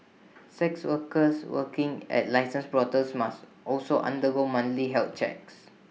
sex workers working at licensed brothels must also undergo monthly health checks